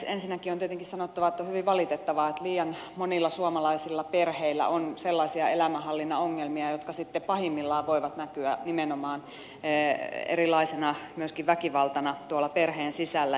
ensinnäkin on tietenkin sanottava että on hyvin valitettavaa että liian monilla suomalaisilla perheillä on sellaisia elämänhallinnan ongelmia jotka sitten pahimmillaan voivat näkyä nimenomaan myöskin erilaisena väkivaltana tuolla perheen sisällä